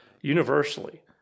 universally